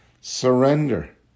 surrender